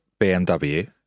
BMW